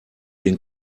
den